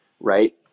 right